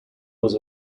was